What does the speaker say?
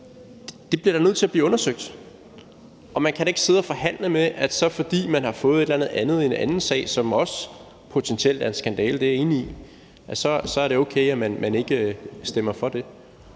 Det bliver da nødt til at blive undersøgt. Og man kan da ikke sidde og forhandle med, at fordi man så har fået et eller andet i en anden sag, som også potentielt er en skandale – det er jeg enig i – så er det okay, at man ikke stemmer for det.